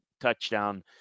touchdown